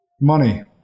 Money